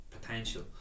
potential